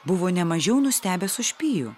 buvo nemažiau nustebęs už pijų